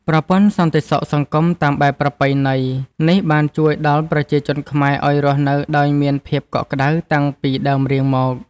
ប្រព័ន្ធសន្តិសុខសង្គមតាមបែបប្រពៃណីនេះបានជួយដល់ប្រជាជនខ្មែរឱ្យរស់នៅដោយមានភាពកក់ក្តៅតាំងពីដើមរៀងមក។